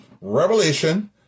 revelation